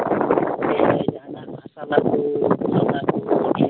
ᱡᱟᱦᱟᱱᱟᱜ ᱦᱟᱥᱟ ᱞᱟᱹᱜᱤᱫ